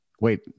wait